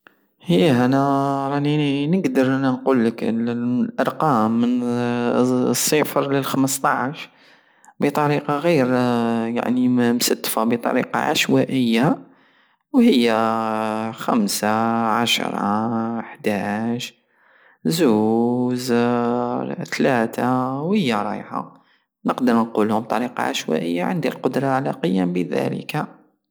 ايه أنا راني نقدر نقولك ال- الأرقام الصفر لخمسطاعش بطريقة غير يعني مستفة بطريقة عشوائة وهي خمسة عشرة حداش زوز تلاتة وهي رايحة نقدر نقولهم بطريقة عشوائية عندي القدرة على القيام بذلك